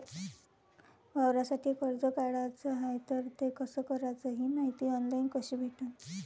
वावरासाठी कर्ज काढाचं हाय तर ते कस कराच ही मायती ऑनलाईन कसी भेटन?